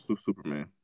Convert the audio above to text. Superman